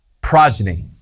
Progeny